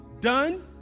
Done